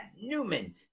Newman